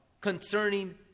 concerning